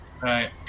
Right